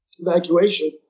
Evacuation